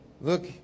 Look